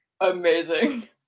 Amazing